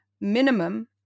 minimum